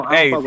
Hey